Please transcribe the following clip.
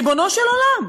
ריבונו של עולם,